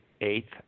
eighth